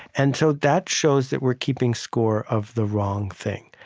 and so that shows that we're keeping score of the wrong thing.